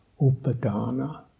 upadana